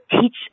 teach